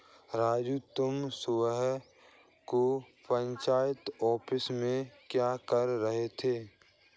राजू तुम सुबह को पंचायत ऑफिस में क्या कर रहे थे?